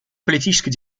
политической